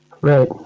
Right